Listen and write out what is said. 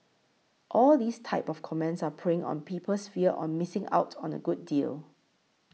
all these type of comments are preying on people's fear on missing out on a good deal